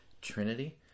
Trinity